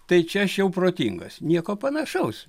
tai čia aš jau protingas nieko panašaus